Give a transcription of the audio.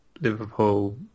Liverpool